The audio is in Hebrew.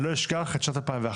אני לא אשכח את שנת 2011,